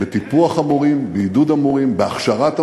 בטיפוח המורים, בעידוד המורים, בהכשרת המורים,